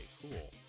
cool